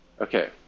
okay